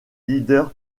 leader